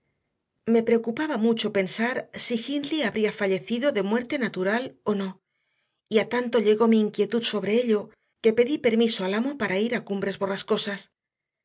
me preocupaba mucho pensar si hindley habría fallecido de muerte natural o no y a tanto llegó mi inquietud sobre ello que pedí permiso al amo para ir a cumbres borrascosas el